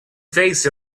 face